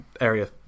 area